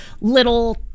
little